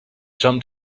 jump